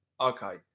Okay